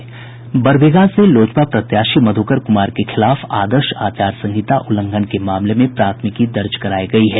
बरबीघा से लोजपा प्रत्याशी मध्रकर कुमार के खिलाफ आदर्श आचार संहिता उल्लंघन के मामले में प्राथमिकी दर्ज करायी गयी है